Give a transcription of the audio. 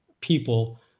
people